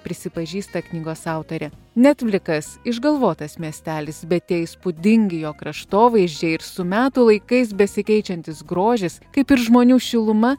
prisipažįsta knygos autorė netflikas išgalvotas miestelis bet tie įspūdingi jo kraštovaizdžiai ir su metų laikais besikeičiantis grožis kaip ir žmonių šiluma